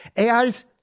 AIs